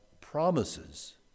promises